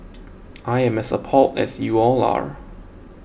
I am as appalled as you all are